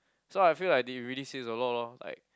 so I feel like they really save a lot lor